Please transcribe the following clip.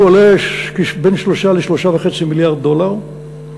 שעולה בין 3 ל-3.5 מיליארד דולר,